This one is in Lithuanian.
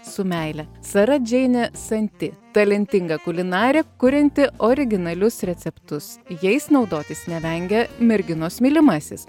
su meile sara džeinė santi talentinga kulinarė kurianti originalius receptus jais naudotis nevengia merginos mylimasis